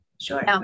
Sure